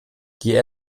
die